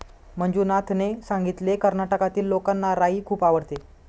मंजुनाथने सांगितले, कर्नाटकातील लोकांना राई खूप आवडते